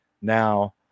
Now